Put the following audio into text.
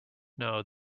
know